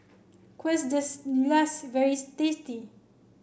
Quesadillas very tasty